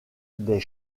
des